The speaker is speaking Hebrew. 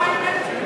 מה עם אלקין?